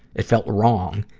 it felt wrong,